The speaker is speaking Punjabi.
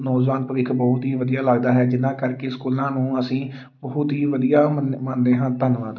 ਨੌਜਵਾਨ ਭਵਿੱਖ ਬਹੁਤ ਹੀ ਵਧੀਆ ਲੱਗਦਾ ਹੈ ਜਿਨ੍ਹਾਂ ਕਰਕੇ ਸਕੂਲਾਂ ਨੂੰ ਅਸੀਂ ਬਹੁਤ ਹੀ ਵਧੀਆ ਮਨ ਮੰਨਦੇ ਹਾਂ ਧੰਨਵਾਦ